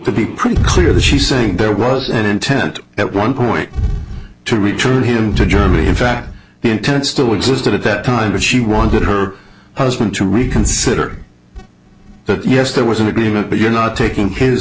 to be pretty clear that she's saying there was an intent at one point to return him to germany in fact the intent still existed at that time but she wanted her husband to reconsider that yes there was an agreement but you're not taking